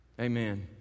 Amen